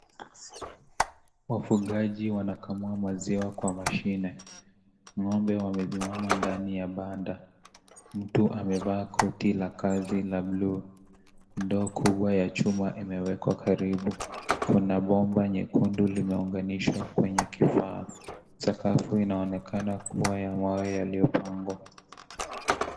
Wafugaji wanakamua maziwa kwa mashine. Ng'ombe wamesimama ndani ya banda. Mtu amevaa koti la kazi la bluu. Ndoo kubwa ya chuma imewekwa karibu. Kuna bomba nyekundu limeunganishwa kwenye kifaa. Sakafu inaonekana kuwa ya mawe yaliyopangwa.